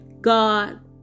God